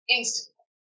Instantly